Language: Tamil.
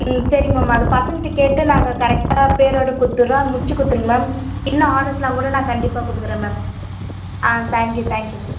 ம் சரி மேம் அது பசங்ககிட்ட கேட்டு நாங்கள் கரெக்டாக பேரோடு கொடுத்துர்றோம் முடித்து கொடுத்துருங்க மேம் இன்னும் ஆடர்ஸ்ஸெலாம் கூட நான் கண்டிப்பாக கொடுக்குறேன் மேம் ஆ thank you thank you ma'am